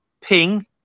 Ping